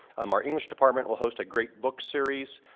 um our english department will host a great book series.